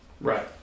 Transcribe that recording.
Right